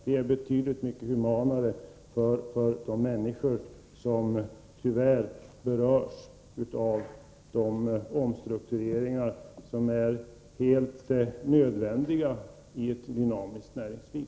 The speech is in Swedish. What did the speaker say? Det är betydligt mer humant för de människor som tyvärr berörs av de omstruktureringar som är helt nödvändiga i ett dynamiskt näringsliv.